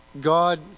God